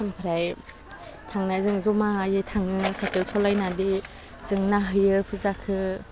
ओमफ्राय थांनाया जों जमायै थाङो साइकेल सलायनानै जों नायहैयो फुजाखौ